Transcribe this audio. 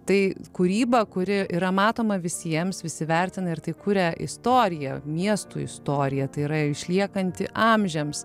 tai kūryba kuri yra matoma visiems visi vertina ir tai kuria istoriją miestų istoriją tai yra išliekanti amžiams